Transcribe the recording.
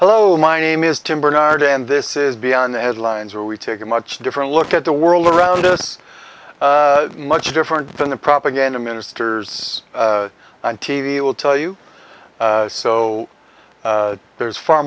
hello my name is tim bernard and this is beyond the headlines where we take a much different look at the world around us much different than the propaganda ministers and t v will tell you so there's far